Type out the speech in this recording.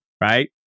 Right